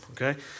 okay